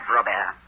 Robert